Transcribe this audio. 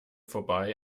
vorbei